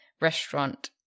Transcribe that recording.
restaurant